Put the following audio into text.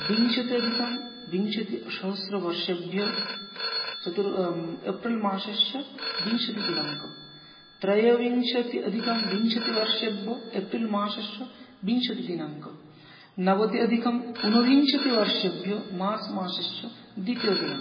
विशत्यधिक विंशतिसहस्रवर्षे चतुर्थ अप्रैल् मासस्य विंशतिदिनाङ्कः त्रयोविंशत्यधिक विंशतिवर्षे अप्रिल् मासस्य विंशतिदिनाङ्कः नवत्यधिक आनविंशतिवर्षे मार्च् मासस्य द्वितीयदिनाङ्कः